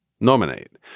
nominate